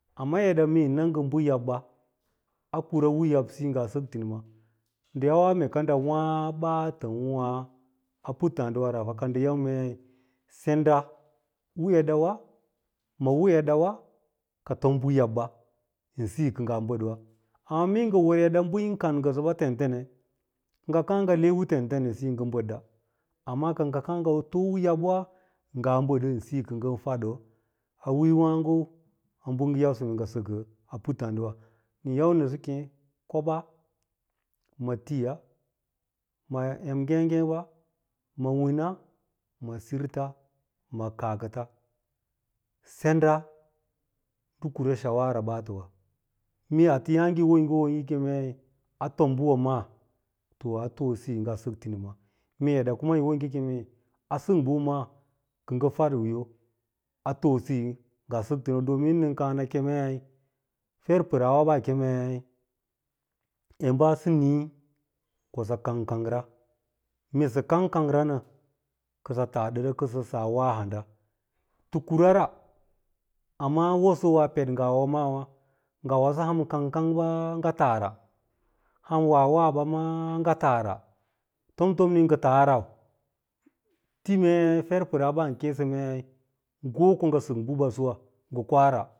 Amma mee eɗa mas yi na ngɚ ɓɚ yabba, a kura u yabsiyo ngaa sɚk tinims, ndɚ yana ka ndɚ wa ɓaatɚnwàà a puttààɗiwara, ka nɗɚn yau mee senda u eɗawa, ma u eɗawa ka tom bɚ yabba ndɚ siyo kɚ ngaa bɚdiwa, amma hoo eɗa bɚ yin kan ngasɚɓa yi tentene, kɚ ngɚ kàà ngɚ te u tentenasiyo ngɚ too u yab’wa nga bɚɗɚ, siyo kɚ ngɚn faɗiwa a wiiwààgo a bɚn a bɚn yausɚ, kɚ ngɚ sɚkɓa puttaa diwawa, nɚn yau nɚsɚ kêê kolɓa ma tiya ma yamgegewa ma wina ma sirs ma kaakɚta senda ngɚ kura shawara babwa mee ateyààge yi wo hoo yi kemeri a tom baɓa maa too siyo ngaa sɚk tinima, mee eɗa maa yi wo yi keme a sɚk bɚba maa kiyo ngɚ fadiwiiyo a too siyo domin nɚn kàà nɚ kemei afer pɚraa ɓaa kemei emba sɚ nii ko sɚ kang kangra, mee sɚ kang kangra nɚ kɚ sɚ taa hanɗa kɚnso saa wa tɚ kirra ra, amma, wosɚ woa peɗ ngawa maawà waso ham kang kaugɓa ngɚ tara, ham wawaɓa maa ngɚ tara, tomtomin ngɚ taarau, ti mee fer pɚraaɓan kêêsɚ mee ngo ko ngɚ sɚk bɚsɚɓa ngɚ koara.